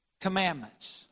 commandments